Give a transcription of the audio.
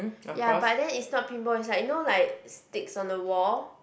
ya but then it's not pinball it's like you know like sticks on the wall